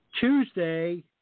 Tuesday